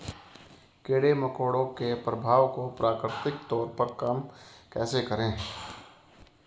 कीड़े मकोड़ों के प्रभाव को प्राकृतिक तौर पर कम कैसे करें?